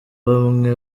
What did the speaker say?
bamwe